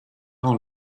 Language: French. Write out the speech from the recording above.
rend